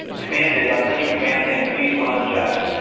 ah command is i'm sending a command saying, please run jeff,